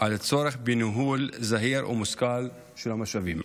על הצורך בניהול זהיר ומושכל של המשאבים.